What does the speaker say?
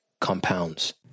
compounds